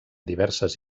diverses